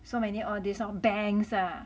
so many all these banks are